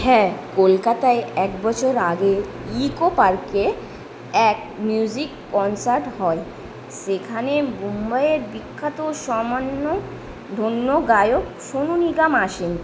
হ্যাঁ কলকাতায় এক বছর আগে ইকো পার্কে এক মিউজিক কনসার্ট হয় সেখানে মুম্বাইয়ের বিখ্যাত সনামধন্য গায়ক সোনু নিগম আসেন